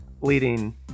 leading